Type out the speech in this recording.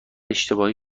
اشتباهی